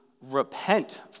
repent